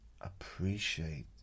appreciate